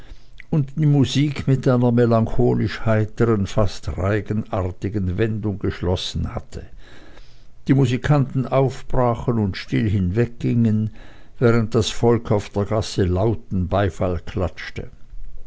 und die musik mit einer melodisch heiteren fast reigenartigen wendung geschlossen hatte die musikanten aufbrachen und still hinweggingen während das volk auf der gasse lauten beifall klatschte